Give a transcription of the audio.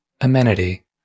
amenity